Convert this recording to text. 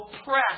oppressed